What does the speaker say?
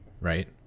right